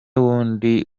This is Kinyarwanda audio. wundi